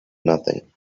nothing